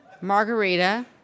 Margarita